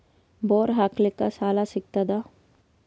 Bore ಹಾಕಲಿಕ್ಕ ಸಾಲ ಸಿಗತದ?